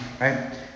right